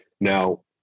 now